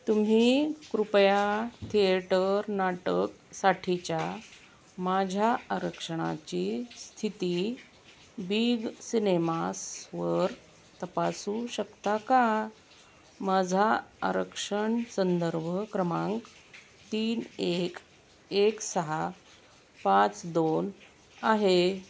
तुम्ही कृपया थिएटर नाटकासाठीच्या माझ्या आरक्षणाची स्थिती बिग सिनेमासवर तपासू शकता का माझा आरक्षण संदर्भ क्रमांक तीन एक एक सहा पाच दोन आहे